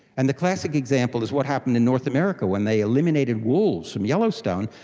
and the classic example is what happened in north america when they eliminated wolves from yellowstone,